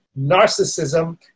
narcissism